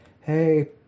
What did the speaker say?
hey –